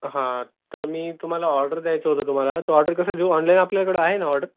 हां तर मी तुम्हाला ऑडर द्यायचं होतं तुम्हाला तर ऑर्डर कसं देऊ ऑनलाईन आपल्याकडं आहे ना ऑर्डर